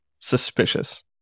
Suspicious